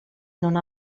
non